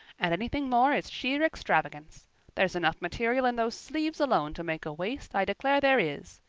and anything more is sheer extravagance there's enough material in those sleeves alone to make a waist, i declare there is.